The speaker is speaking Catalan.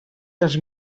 dels